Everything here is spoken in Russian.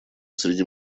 среди